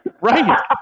Right